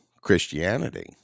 Christianity